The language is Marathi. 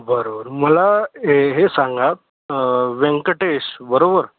बरंबरं मला ए हे सांगा व्यंकटेश बरोबर